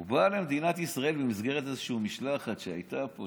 הוא בא למדינת ישראל במסגרת איזושהי משלחת שהייתה של